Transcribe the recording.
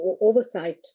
oversight